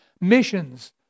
Missions